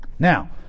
Now